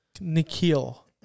Nikhil